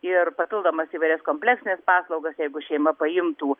ir papildomas įvairias kompleksines paslaugas jeigu šeima paimtų